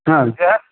हँ जेहन